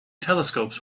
telescopes